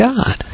God